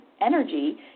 energy